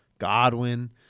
Godwin